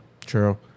True